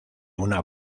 una